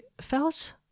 felt